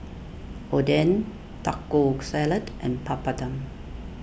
Oden Taco Salad and Papadum